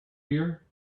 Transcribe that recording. here